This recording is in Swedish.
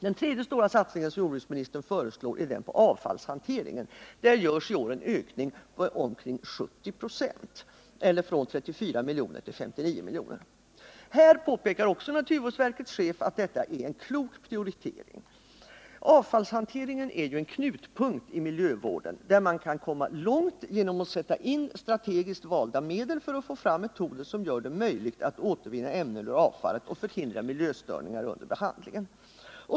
Den tredje stora satsning som jordbruksministern föreslår är satsningen på avfallshanteringen. Där görs en ökning med omkring 70 9,, eller från 34 milj.kr. till 59 milj.kr. Naturvårdsverkets chef påpekar att detta är en klok prioritering. Avfallshanteringen är en knutpunkt i miljövården, där man kan komma långt genom att sätta in strategiskt valda 'medel för att få fram metoder som gör det möjligt att återvinna ämnen ur avfallet och förhindra miljöstörningar under behandlingen.